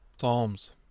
Psalms